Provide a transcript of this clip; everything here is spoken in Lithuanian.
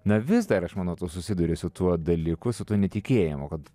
na vis dar aš manau tu susiduri su tuo dalyku su tuo netikėjimu kad